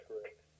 correct